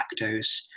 lactose